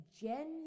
genuine